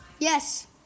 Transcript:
Yes